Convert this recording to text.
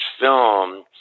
film